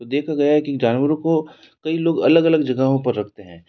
तो देखा गया है कि इन जानवरों को कई लोग अलग अलग जगहों पर रखते हैं